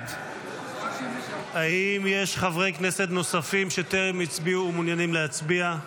בעד האם יש חברי הכנסת נוספים שטרם הצביעו ומעוניינים להצביע?